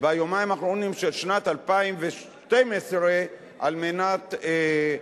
ביומיים האחרונים של שנת 2012 כדי להכשיר,